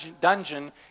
dungeon